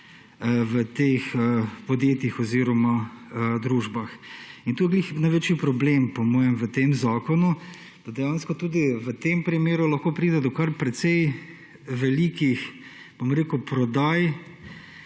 v teh podjetjih oziroma družbah. In to je ravno največji problem, po mojem, v tem zakonu, da dejansko tudi v tem primeru lahko pride do kar precej velikih, bom rekel, prodaj